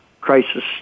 crisis